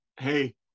hey